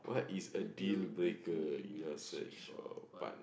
what is a dealbreaker in a search for a partner